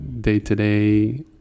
day-to-day